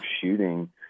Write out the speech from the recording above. shooting